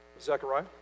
Zechariah